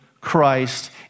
Christ